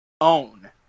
own